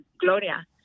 gloria